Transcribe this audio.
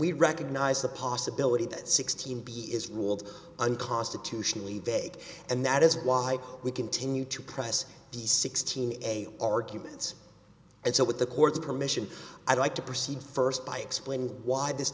we recognize the possibility that sixteen b is ruled unconstitutional e bay and that is why we continue to press the sixteen a arguments and so with the court's permission i'd like to proceed first by explaining why this